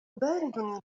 بارد